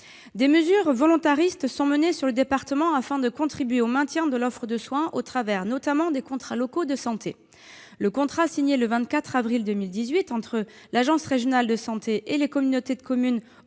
Des mesures volontaristes sont menées sur le département afin de contribuer au maintien de l'offre de soins, au travers notamment des contrats locaux de santé, les CLS. Le contrat signé le 24 avril 2018 entre l'agence régionale de santé et les communautés de communes